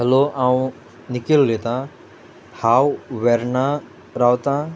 hello हांव निखिल उलयतां हांव वेर्ना रावतां